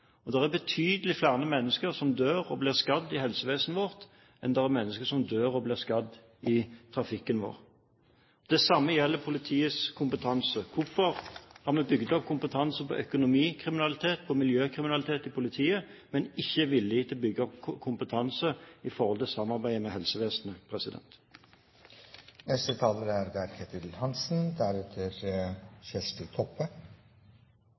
biltilsyn, der en har politiet til stede, men samtidig har en havarikommisjon. Og det er betydelig flere mennesker som dør eller blir skadd i helsevesenet vårt enn det er mennesker som dør eller blir skadd i trafikken. Det samme gjelder politiets kompetanse. Hvorfor har vi bygd opp kompetanse på økonomikriminalitet og miljøkriminalitet i politiet, men er ikke villig til å bygge opp kompetanse i forhold til samarbeid med helsevesenet?